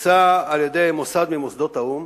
שהוצא על-ידי מוסד ממוסדות האו"ם